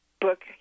book